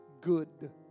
good